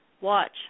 Watch